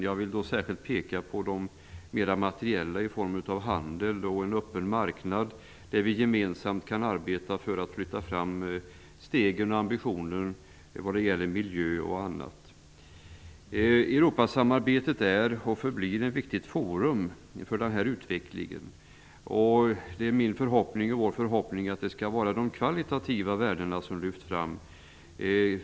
Jag vill då särskilt peka på de mer materiella i form av handel och en öppen marknad där vi gemensamt kan arbeta för ytterligare steg och ambitioner vad gäller bl.a. Europasamarbetet är, och förblir, ett viktigt forum för denna utveckling. Det är vår förhoppning att de kvalitativa värdena lyfts fram.